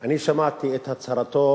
אני שמעתי את הצהרתו